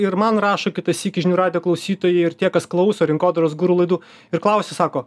ir man rašo kitą sykį žinių radijo klausytojai ir tie kas klauso rinkodaros guru laidų ir klausia sako